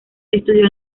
estudió